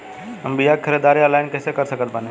हम बीया के ख़रीदारी ऑनलाइन कैसे कर सकत बानी?